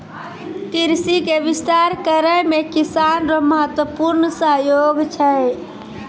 कृषि के विस्तार करै मे किसान रो महत्वपूर्ण सहयोग छै